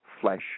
flesh